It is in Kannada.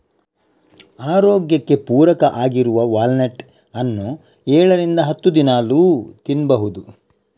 ಆರೋಗ್ಯಕ್ಕೆ ಪೂರಕ ಆಗಿರುವ ವಾಲ್ನಟ್ ಅನ್ನು ಏಳರಿಂದ ಹತ್ತು ದಿನಾಲೂ ತಿನ್ಬಹುದು